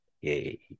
Yay